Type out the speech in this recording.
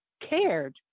cared